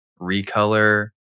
recolor